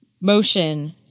motion